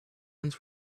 plans